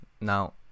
Now